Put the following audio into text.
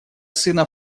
сына